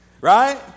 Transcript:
Right